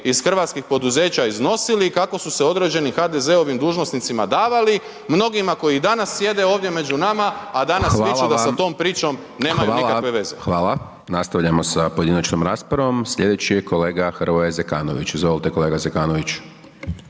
iz hrvatskih poduzeća iznosili i kako su se određenim HDZ-ovim dužnosnicima davali, mnogima koji danas sjede ovdje među nama, a danas …/Govornik se ne razumije./… s tom pričom nemaju nikakve veze. **Hajdaš Dončić, Siniša (SDP)** Hvala. Nastavljamo sa pojedinačnom raspravom, sljedeći je kolega Hrvoje Zekanović, izvolite, kolega Zekanović.